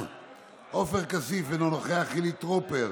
עופר כסיף, אינו נוכח, חילי טרופר,